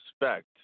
respect